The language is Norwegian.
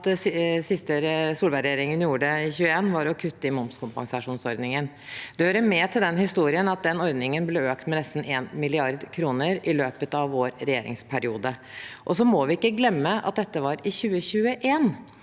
det siste Solberg-regjeringen gjorde i 2021, var å kutte i momskompensasjonsordningen. Det hører med til historien at den ordningen ble økt med nesten 1 mrd. kr i løpet av vår regjeringsperiode. Vi må ikke glemme at dette var i 2021.